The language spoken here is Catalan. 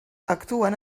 actuen